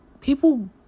People